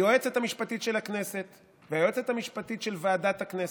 היועצת המשפטית של הכנסת והיועצת המשפטית של ועדת הכנסת,